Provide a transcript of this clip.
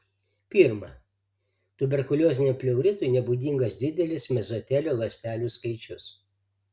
pirma tuberkulioziniam pleuritui nebūdingas didelis mezotelio ląstelių skaičius